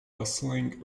bustling